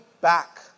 back